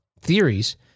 theories